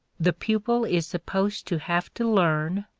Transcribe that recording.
the pupil is supposed to have to learn,